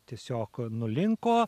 tiesiog nulinko